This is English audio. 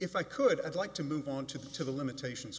if i could i'd like to move on to the to the limitations